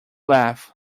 laugh